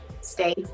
stay